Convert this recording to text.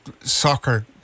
soccer